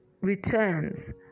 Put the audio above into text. returns